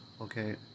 okay